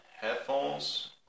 headphones